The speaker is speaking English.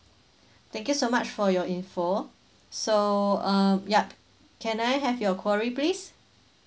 thank you so much for your info so uh yup can I have your query please